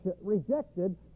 rejected